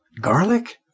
Garlic